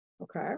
Okay